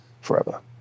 forever